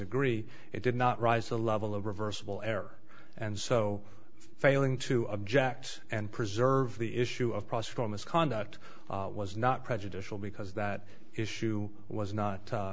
agree it did not rise to the level of reversible error and so failing to object and preserve the issue of process for misconduct was not prejudicial because that issue was not mer